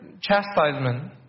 chastisement